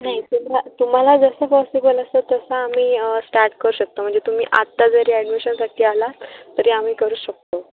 नाही तुम्हा तुम्हाला जसं पॉसिबल असंल तसा आम्ही स्टार्ट करू शकतो म्हणजे तुम्ही आत्ता जरी ॲडमिशनसाठी आला तरी आम्ही करू शकतो